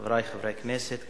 חברי חברי הכנסת,